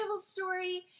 story